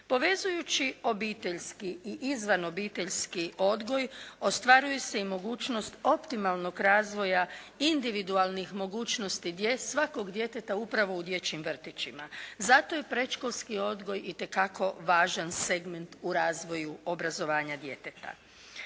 Povezujući obiteljski i izvanobiteljski odgoj ostvaruju se i mogućnost optimalnog razvoja individualnih mogućnosti svakog djeteta upravo u dječjim vrtićima. Zato je predškolski odgoj itekako važan segment u razvoju obrazovanja djeteta.